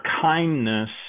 kindness